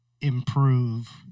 improve